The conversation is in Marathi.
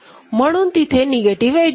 म्हणून तिथे निगेटिव्ह एज असते